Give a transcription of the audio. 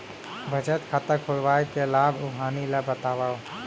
बचत खाता खोलवाय के लाभ अऊ हानि ला बतावव?